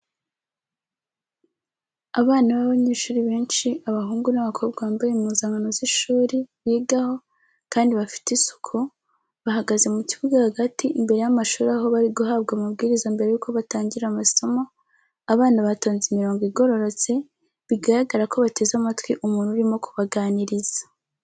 Abana b'abanyeshuri benshi abahungu n'abakobwa bambaye impuzankano z'ishuri bigaho kandi bafite isuku, bahagaze mu kibuga hagati imbere y'amashuri aho bari guhabwa amabwiriza mbere y'uko batangira amasomo, abana batonze imirongo igororotse, biragaragara ko bateze amatwi umuntu urimo kubaganiriza.